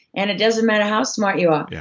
and it doesn't matter how smart you are. yeah